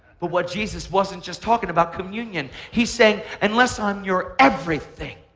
but what jesus wasn't just talking about communion. he said unless i'm your everything.